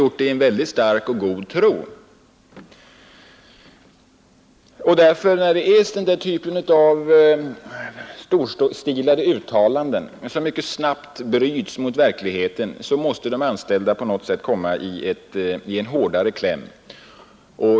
När sådana här storstilade uttalanden mycket snabbt bryts mot verkligheten måste de anställda komma hårt i kläm.